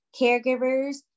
caregivers